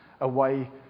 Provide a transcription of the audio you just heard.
away